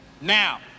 Now